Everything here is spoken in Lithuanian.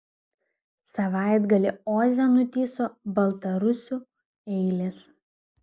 savaitgalį oze nutįso baltarusių eilės